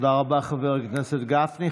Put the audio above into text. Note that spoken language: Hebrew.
תודה רבה, חבר הכנסת גפני.